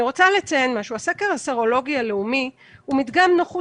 אני רוצה לציין משהו: הסקר הסרולוגי הלאומי הוא מדגם נוחות